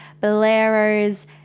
boleros